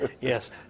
Yes